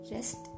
Rest